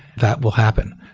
that will happen.